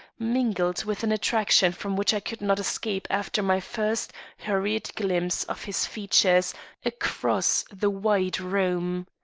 mingled with an attraction from which i could not escape after my first hurried glimpse of his features across the wide room.